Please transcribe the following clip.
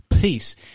peace